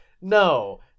No